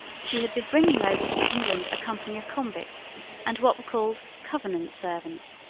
she had been bringing over from england a company of convicts and what were called covenant servants,